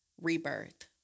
rebirth